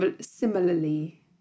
similarly